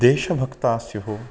देशभक्ताः स्युः